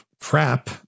crap